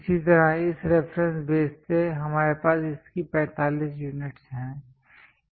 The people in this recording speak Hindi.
इसी तरह इस रेफरेंस बेस से हमारे पास इसकी 45 यूनिट्स हैं